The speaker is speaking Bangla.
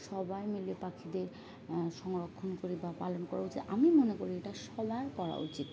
সবাই মিলে পাখিদের সংরক্ষণ করি বা পালন করা উচিত আমি মনে করি এটা সবার করা উচিত